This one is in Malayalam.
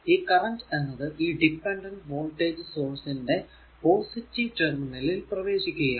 ഈ കറന്റ് എന്നത് ഈ ഡിപെൻഡന്റ് വോൾടേജ് സോഴ്സ് ന്റെ പോസിറ്റീവ് ടെർമിനലിൽ പ്രവേശിക്കുകയാണ്